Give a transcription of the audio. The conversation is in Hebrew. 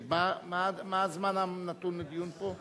מה הזמן הנתון לדיון פה?